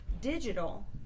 digital